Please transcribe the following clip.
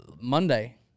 Monday